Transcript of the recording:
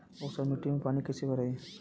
ऊसर मिट्टी में पानी कईसे भराई?